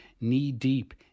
knee-deep